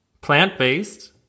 plant-based